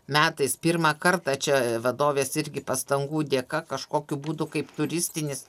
metais pirmą kartą čia vadovės irgi pastangų dėka kažkokiu būdu kaip turistinis